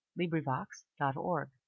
LibriVox.org